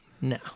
No